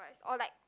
or like